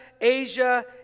Asia